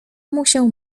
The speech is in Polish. musiał